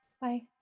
Bye